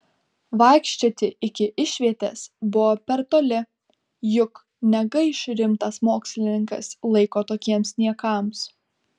vaikščioti iki išvietės buvo per toli juk negaiš rimtas mokslininkas laiko tokiems niekams